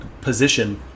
position